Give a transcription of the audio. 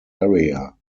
area